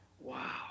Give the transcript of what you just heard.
Wow